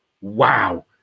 Wow